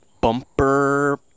bumper